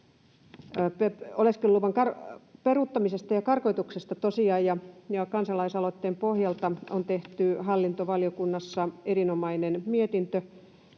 oleskeluluvan peruuttamisesta ja karkotuksesta, ja tämä on kansalaisaloite. Kansalaisaloitteen pohjalta on tehty hallintovaliokunnassa erinomainen mietintö.